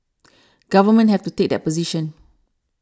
governments have to take that position